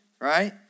Right